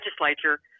legislature